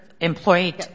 Employee